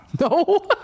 no